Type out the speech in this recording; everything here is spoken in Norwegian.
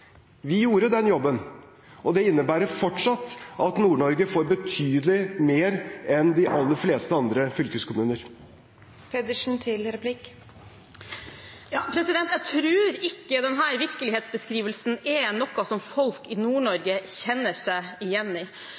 Vi gjorde den jobben, og det innebærer fortsatt at Nord-Norge får betydelig mer enn de aller fleste andre fylkeskommuner. Jeg tror ikke denne virkelighetsbeskrivelsen er noe som folk i Nord-Norge kjenner seg igjen i.